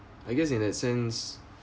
I guess in that sense